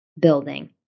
building